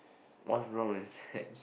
what's wrong with that